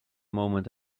moment